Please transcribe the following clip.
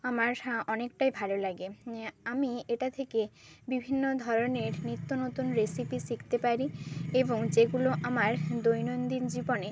আমার অনেকটাই ভালো লাগে আমি এটা থেকে বিভিন্ন ধরনের নিত্য নতুন রেসিপি শিখতে পারি এবং যেগুলো আমার দৈনন্দিন জীবনে